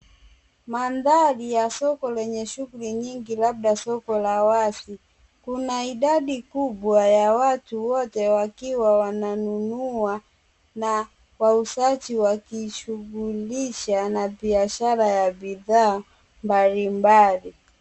Mandhari ya soko lenye shughuli nyingi labda soko la wazi. Kuna idadi kubwa ya watu wote wakiwa wananunua na wauzaji wakishughulisha na biashara ya bidhaa mbali mbali.